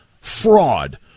fraud